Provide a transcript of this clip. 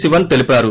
శివన్ తెలిపారు